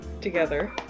together